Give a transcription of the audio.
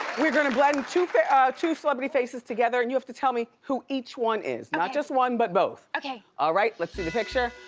we're gonna blend two ah two celebrity faces together and you have to tell me who each one is, not just one, but both. all ah right, let's see the picture.